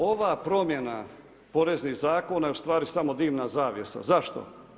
Ova promjena poreznih zakona je ustvari samo dimna zavjesa, zašto?